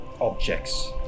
objects